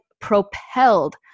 propelled